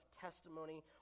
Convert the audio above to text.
testimony